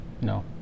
No